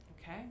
Okay